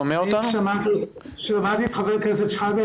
שמעתי את חבר הכנסת שחאדה.